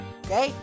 okay